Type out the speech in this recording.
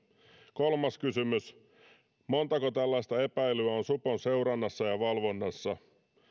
kolmas kysymys montako tällaista epäilyä on supon seurannassa ja valvonnassa